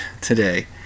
today